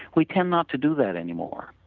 we tend not to do that anymore.